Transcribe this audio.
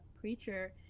preacher